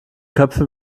köpfe